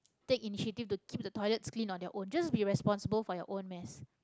take initiative to keep the toilets clean on their own just be responsible for your own mess